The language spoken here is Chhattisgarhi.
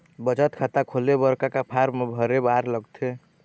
बचत खाता खोले बर का का फॉर्म भरे बार लगथे?